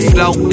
Flow